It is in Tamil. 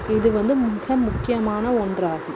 இது வந்து மிக முக்கியமான ஒன்றாகும்